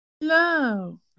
Hello